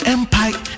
Empire